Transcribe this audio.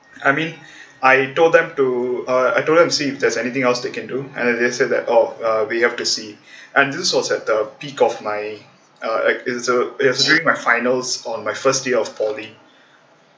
I mean I told them to uh I told them to see if there's anything else they can do and then they said that oh uh we have to see and this was at the peak of my uh it is uh is during my finals on my first day of poly